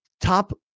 top